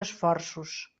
esforços